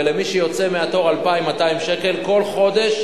ולמי שיוצא מהתור 2,200 שקל כל חודש,